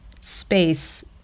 space